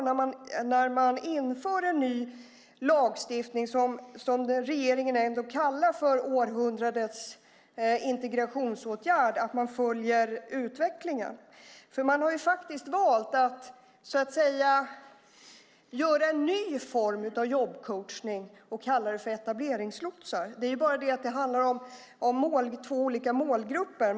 När man inför en ny lagstiftning som regeringen ändå kallar för århundradets integrationsåtgärd tycker jag att det är viktigt att man följer utvecklingen. Man har faktiskt valt att så att säga införa en ny form av jobbcoachning och kalla dessa personer etableringslotsar. Men det handlar om två olika målgrupper.